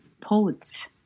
poets